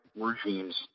regimes